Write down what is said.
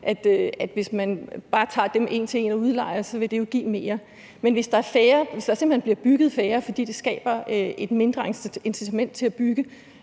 det, hvis man bare tager dem en til en og udlejer dem, så vil give mere. Men hvis der simpelt hen bliver bygget færre, fordi det skaber et mindre incitament til at bygge,